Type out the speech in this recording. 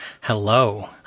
Hello